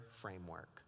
framework